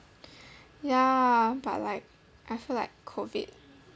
ya but like I feel like COVID